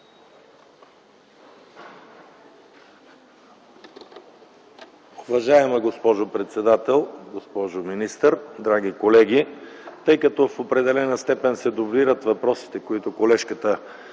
Уважаема госпожо председател, госпожо министър, драги колеги! Тъй като в определена степен се дублират въпросите, които колежката